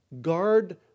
guard